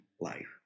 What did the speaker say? life